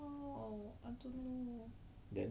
then